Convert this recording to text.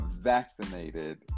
vaccinated